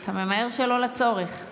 אתה ממהר שלא לצורך.